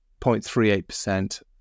0.38%